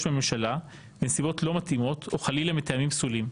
הממשלה בנסיבות לא מתאימות או חלילה מטעמים פסולים,